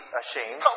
ashamed